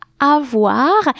avoir